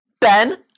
Ben